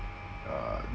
uh